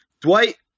Dwight